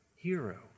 hero